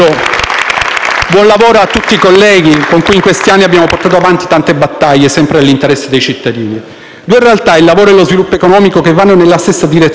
buon lavoro a tutti i colleghi con cui in questi anni abbiamo portato avanti tante battaglie, sempre nell'interesse dei cittadini. Due sono le realtà, il lavoro e lo sviluppo economico, che vanno nella stessa direzione: